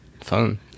Fun